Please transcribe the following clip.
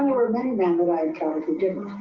were many men that i encountered who didn't.